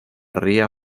ría